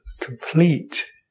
complete